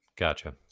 Gotcha